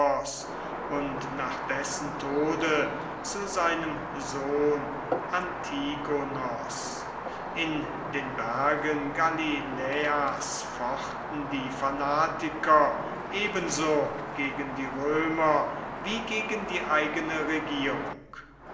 und nach dessen tode zu seinem sohn antigonos in den bergen galiläas fochten die fanatiker ebenso gegen die römer wie gegen die eigene regierung